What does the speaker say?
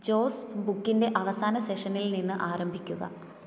ജോസ് ബുക്കിൻ്റെ അവസാന സെഷനിൽ നിന്ന് ആരംഭിക്കുക